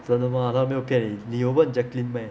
真的吗他没有骗你你有问 jacqueline meh